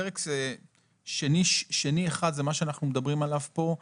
פרק שני1 זה מה שאנחנו מדברים עליו פה,